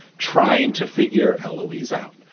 trying to figure alawis out.